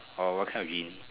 or what kind of genie